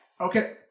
Okay